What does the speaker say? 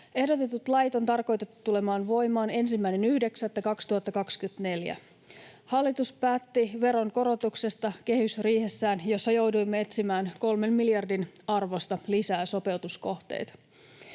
Ehdotetut lait on tarkoitettu tulemaan voimaan 1.9.2024. Hallitus päätti veronkorotuksesta kehysriihessään, jossa jouduimme etsimään kolmen miljardin arvosta lisää sopeutuskohteita.